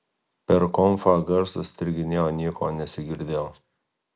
per konfą garsas striginėjo nieko nesigirdėjo